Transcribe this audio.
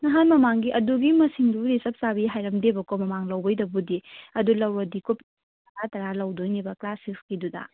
ꯅꯍꯥꯟ ꯃꯃꯥꯡꯒꯤ ꯑꯗꯨꯒꯤ ꯃꯁꯤꯡꯗꯨꯕꯨꯗꯤ ꯆꯞ ꯆꯥꯕꯤ ꯍꯥꯏꯔꯝꯗꯦꯕꯀꯣ ꯃꯃꯥꯡ ꯂꯧꯕꯩꯗꯕꯨꯗꯤ ꯑꯗꯨ ꯂꯧꯔꯗꯤ ꯀꯣꯄꯤ ꯇꯔꯥ ꯇꯔꯥ ꯂꯧꯗꯣꯏꯅꯦꯕ ꯀ꯭ꯂꯥꯁ ꯁꯤꯛꯁꯀꯤꯗꯨꯗ